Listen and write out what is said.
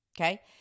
Okay